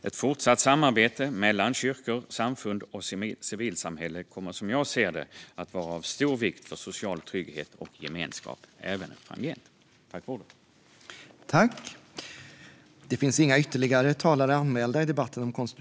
Ett fortsatt samarbete mellan kyrkor, samfund och civilsamhälle kommer, som jag ser det, att vara av stor vikt för social trygghet och gemenskap även framgent.